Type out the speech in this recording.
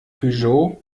peugeot